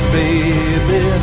baby